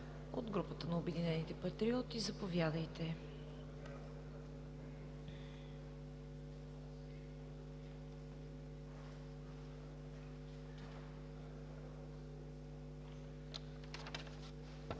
От групата на „Обединените патриоти“? Заповядайте.